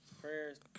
Prayers